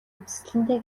үзэсгэлэнтэй